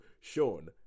Sean